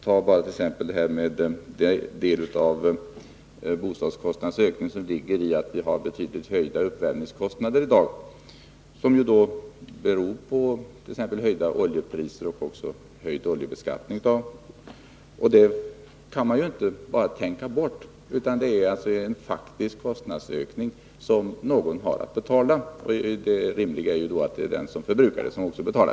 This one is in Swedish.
Ta bara detta med att en del av bostadskostnadsökningen ligger i att vi i dag har betydligt högre uppvärmningskostnader, vilket bl.a. beror på höjda oljepriser och höjd oljebeskattning. Sådant kan man inte bara tänka bort, utan det är en faktisk kostnadsökning som någon har att betala. Det rimliga är då att det är den som förbrukar som betalar.